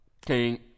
King